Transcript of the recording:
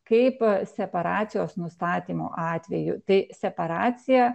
kaip separacijos nustatymo atveju tai separacija